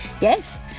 Yes